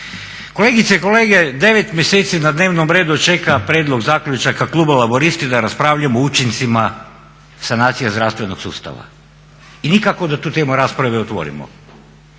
Kolegice i kolege, 9 mjeseci na dnevnom redu čeka Prijedlog zaključaka kluba Laburisti da raspravljamo o učincima sanacija zdravstvenog sustava i nikako da tu temu rasprave otvorimo.